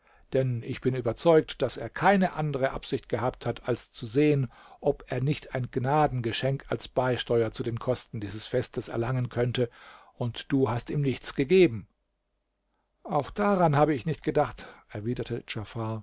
denn ich bin überzeugt daß er keine andere absicht gehabt hat als zu sehen ob er nicht ein gnadengeschenk als beisteuer zu den kosten dieses festes erlangen könnte und du hast ihm nichts gegeben auch daran habe ich nicht gedacht erwiderte